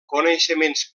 coneixements